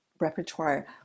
repertoire